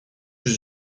plus